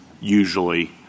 usually